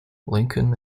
lincoln